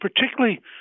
particularly